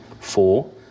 Four